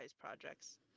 projects